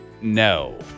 No